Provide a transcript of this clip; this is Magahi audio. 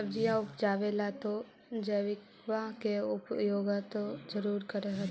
सब्जिया उपजाबे ला तो जैबिकबा के उपयोग्बा तो जरुरे कर होथिं?